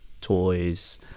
toys